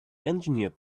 engineered